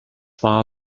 war